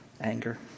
anger